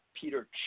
Peter